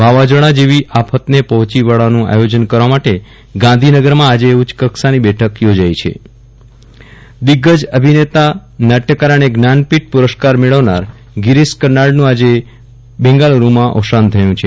વાવાઝોડા જેવી આફતને પહોં ચી વળવાનું આયોજન કરવા માટે ગાંધીનગરમાં આજે ઉચ્ચકક્ષાની બેઠક યોજાઇ છે વિરલ રાણા નિધન ગીરીશ કર્નાડ દિગ્ગજ અભિનો તા નાટવકાર અને જ્ઞાનપીઠ પુરસ્કાર મેળવનાર ગિરિશ કના ડેનું આજે બોં ગાલુરુમાં અવસાન થયું છે